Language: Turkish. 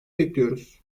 bekliyoruz